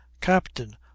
captain